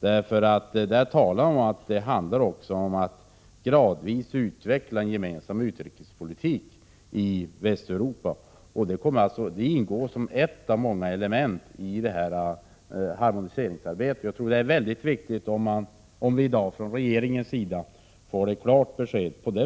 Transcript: Det talas ju om att man gradvis skall utveckla en gemensam utrikespolitik i Västeuropa. Detta ingår som ett av många element i harmoniseringsarbetet. Jag tror att det är mycket viktigt att regeringen i dag ger ett klart besked om